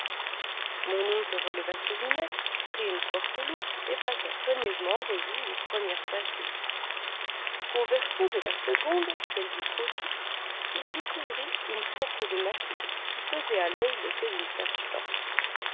mon oncle releva ses lunettes prit une forte loupe et passa soigneusement en revue les premières pages du livre au verso de la seconde celle du faux titre il découvrit une sorte de macule qui faisait à l'oeil l'effet d'une tache d'encre